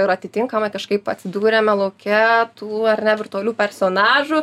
ir atitinkamai kažkaip atsidūrėme lauke tų ar ne virtualių personažų